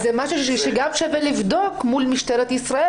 זה משהו שגם שווה לבדוק מול משטרת ישראל,